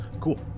Cool